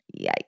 Yikes